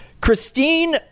Christine